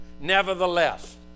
Nevertheless